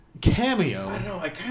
cameo